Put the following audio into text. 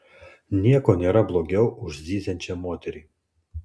nieko nėra blogiau už zyziančią moterį